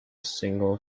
single